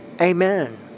Amen